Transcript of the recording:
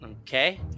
Okay